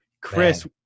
Chris